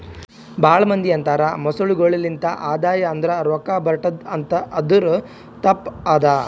ಭಾಳ ಮಂದಿ ಅಂತರ್ ಮೊಸಳೆಗೊಳೆ ಲಿಂತ್ ಆದಾಯ ಅಂದುರ್ ರೊಕ್ಕಾ ಬರ್ಟುದ್ ಅಂತ್ ಆದುರ್ ಅದು ತಪ್ಪ ಅದಾ